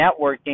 networking